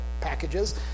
packages